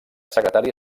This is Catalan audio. secretària